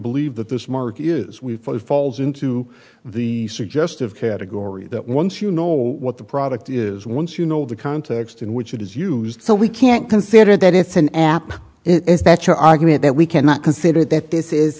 believe that this market is we for it falls into the suggestive category that once you know what the product is once you know the context in which it is used so we can't consider that it's an app it is that's your argument that we cannot consider that this is